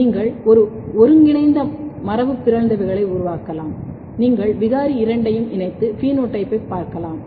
நீங்கள் ஒருங்கிணைந்த மரபுபிறழ்ந்தவைகளை உருவாக்கலாம் நீங்கள் விகாரி இரண்டையும் இணைத்து பினோடைப்பைப் பார்க்கலாம்